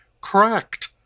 cracked